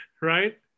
right